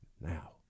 Now